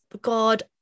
god